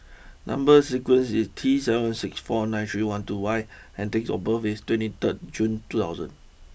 number sequence is T seven six four nine three one two Y and date of birth is twenty third June two thousand